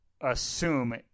assume